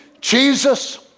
Jesus